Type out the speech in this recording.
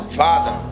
father